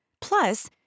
Plus